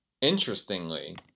interestingly